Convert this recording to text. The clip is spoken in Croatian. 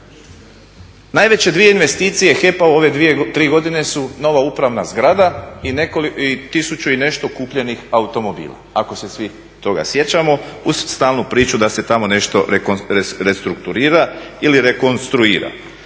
Najveće dvije investicije HEP-a u ove 3 godine su nova upravna zgrada i 1000 i nešto kupljenih automobila, ako se svi toga sjećamo, uz stalnu priču da se tamo nešto restrukturira ili rekonstruira.